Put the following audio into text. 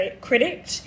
critic